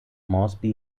moresby